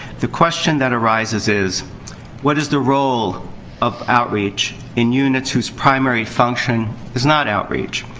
the question that arises is what is the role of outreach in units whose primary function is not outreach?